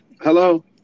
Hello